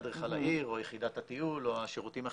אדריכל העיר או יחידת התיעול או השירותים החברתיים,